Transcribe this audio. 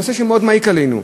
זה נושא שמאוד מעיק עלינו.